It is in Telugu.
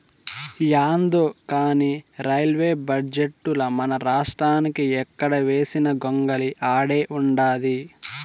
యాందో కానీ రైల్వే బడ్జెటుల మనరాష్ట్రానికి ఎక్కడ వేసిన గొంగలి ఆడే ఉండాది